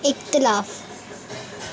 इख़्तिलाफ़ु